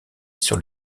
sur